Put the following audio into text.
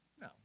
No